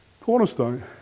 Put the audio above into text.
Cornerstone